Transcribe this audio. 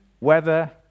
weather